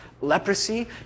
leprosy